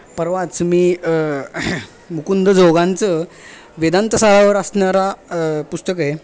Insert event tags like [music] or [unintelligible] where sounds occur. परवाच मी मुकुंद जोगांचं वेदांत [unintelligible] असणारा पुस्तक आहे